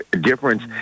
difference